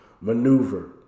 maneuver